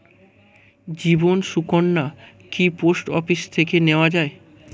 জীবন সুকন্যা কি post office থেকে নেওয়া যায়?